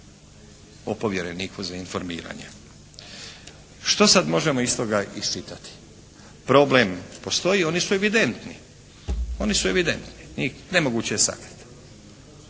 o povjereniku za informiranje. Što sad možemo iz toga isčitati? Problemi postoje, oni su evidentni. Njih je nemoguće sakriti.